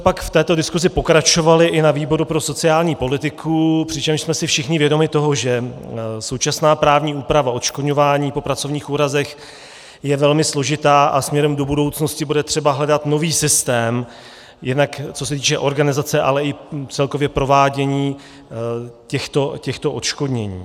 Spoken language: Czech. Pak jsme v této diskusi pokračovali i na výboru pro sociální politiku, přičemž jsme si všichni vědomi toho, že současná právní úprava odškodňování po pracovních úrazech je velmi složitá a směrem do budoucnosti bude třeba hledat nový systém, jednak co se týče organizace, ale i celkově provádění těchto odškodnění.